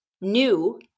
new